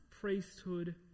priesthood